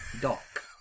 Dock